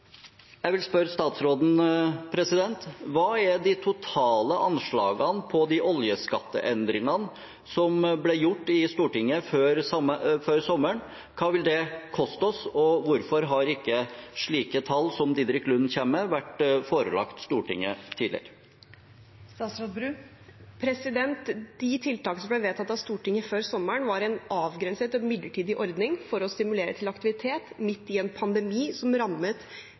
Jeg vil spørre statsråden: Hva er de totale anslagene på de oljeskatteendringene som ble gjort i Stortinget før sommeren? Hva vil det koste oss, og hvorfor har ikke slike tall som Diderik Lund kommer med, vært forelagt Stortinget tidligere? De tiltakene som ble vedtatt av Stortinget før sommeren, var en avgrenset og midlertidig ordning for å stimulere til aktivitet midt i en pandemi som rammet